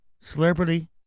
Celebrity